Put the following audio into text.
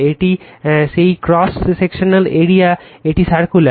এটি সেই cross sectional area এটি সার্কুলার